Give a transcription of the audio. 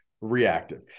reactive